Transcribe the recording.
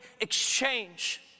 exchange